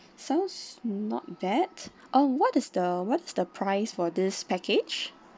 sounds not bad uh what is the what is the price for this package